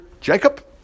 Jacob